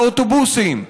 לאוטובוסים.